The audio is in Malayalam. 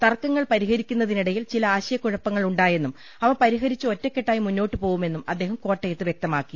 തർക്കങ്ങൾ പരിഹരിക്കുന്നതിനിടയിൽ ചില ആശയകുഴപ്പങ്ങൾ ഉണ്ടായെന്നും അവ പരിഹരിച്ച് ഒറ്റക്കെട്ടായി മുന്നോട്ട് പോവുമെന്നും അദ്ദേഹം കോട്ടയത്ത് വൃക്തമാക്കി